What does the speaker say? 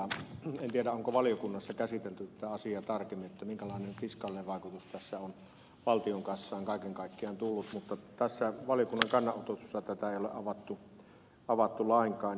en tiedä onko valiokunnassa käsitelty tätä asiaa tarkemmin minkälainen fiskaalinen vaikutus tässä on valtion kassaan kaiken kaikkiaan tullut mutta tässä valiokunnan kannanotossa tätä ei ole avattu lainkaan